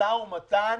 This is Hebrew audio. במשא ומתן